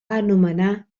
anomenar